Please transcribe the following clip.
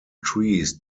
trees